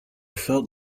felt